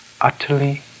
utterly